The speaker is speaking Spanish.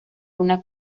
una